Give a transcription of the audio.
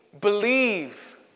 believe